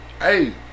hey